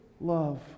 love